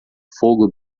fogo